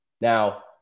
Now